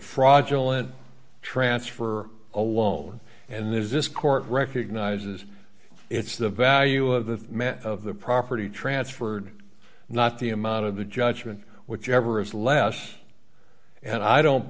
fraudulent transfer alone and there's this court recognizes it's the value of the met of the property transferred not the amount of the judgment whichever is less and i don't